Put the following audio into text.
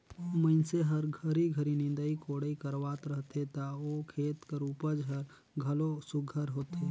मइनसे हर घरी घरी निंदई कोड़ई करवात रहथे ता ओ खेत कर उपज हर घलो सुग्घर होथे